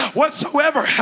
whatsoever